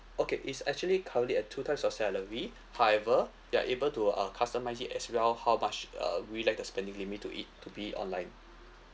okay it's actually currently at two times your salary however you are able to uh customise it as well how much uh would you like the spending limit to it to be online